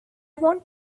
want